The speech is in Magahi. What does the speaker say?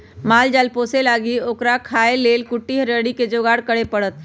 माल जाल पोशे लागी ओकरा खाय् लेल कुट्टी हरियरी कें जोगार करे परत